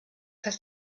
heißt